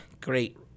great